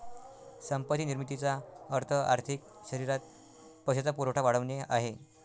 संपत्ती निर्मितीचा अर्थ आर्थिक शरीरात पैशाचा पुरवठा वाढवणे आहे